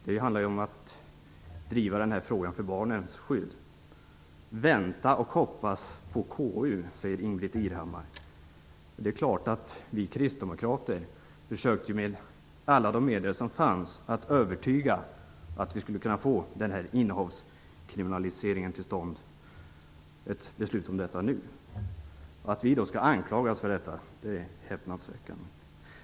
Det gäller att driva frågan om barnens skydd. Ingbritt Irhammar sade att vi väntade och hoppades på KU. Vi kristdemokrater försökte med alla medel övertyga om att en innehavskriminalisering borde komma till stånd. Vi vill ha ett beslut om detta nu. Att vi skall anklagas för detta är häpnadsväckande.